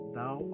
Thou